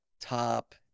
top